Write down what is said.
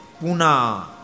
Puna